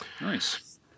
nice